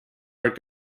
are